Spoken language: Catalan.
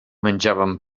menjàvem